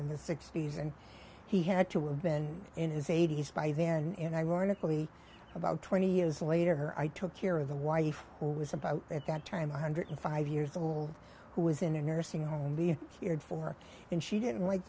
in the sixty's and he had to have been in his eighty's by then and ironically about twenty years later i took care of the wife who was about at that time one hundred five years old who was in a nursing home being cared for and she didn't like